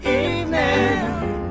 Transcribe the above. evening